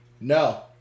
No